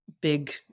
big